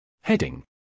Heading